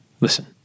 Listen